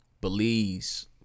Belize